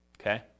Okay